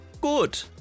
good